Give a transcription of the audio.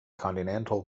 continental